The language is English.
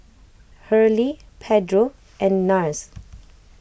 Hurley Pedro and Nars